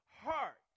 heart